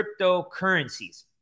cryptocurrencies